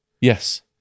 Yes